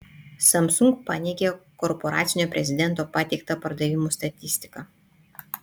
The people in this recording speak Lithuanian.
samsung paneigė korporacinio prezidento pateiktą pardavimų statistiką